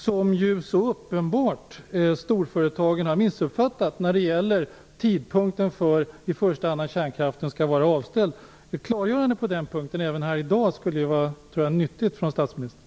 Det är så uppenbart att storföretagen har missuppfattat tidpunkten för i första hand när kärnkraften skall vara avvecklad. Det skulle vara nyttigt med ett klargörande på den punkten i dag från statsministern.